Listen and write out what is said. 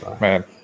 man